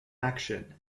action